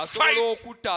fight